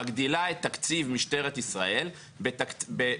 מגדילה את תקציב משטרת ישראל בשיעורים